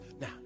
Now